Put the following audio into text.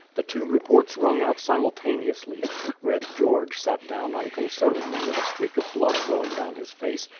the two reports rung out simultaneously red george sat down unconcernedly with a streak of blood flowing down his face,